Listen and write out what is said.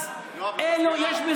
אני אגיד הכול.